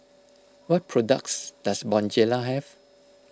what products does Bonjela have